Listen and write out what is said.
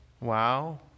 Wow